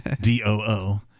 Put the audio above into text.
D-O-O